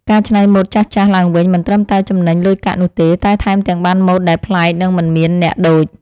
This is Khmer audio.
ការច្នៃម៉ូដចាស់ៗឡើងវិញមិនត្រឹមតែចំណេញលុយកាក់នោះទេ តែថែមទាំងបានម៉ូដដែលប្លែកនិងមិនមានអ្នកដូច។